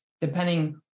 depending